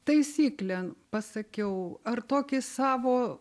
taisyklę pasakiau ar tokį savo